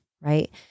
right